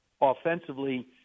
Offensively